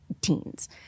teens